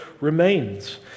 remains